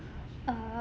a